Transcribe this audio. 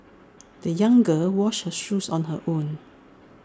the young girl washed her shoes on her own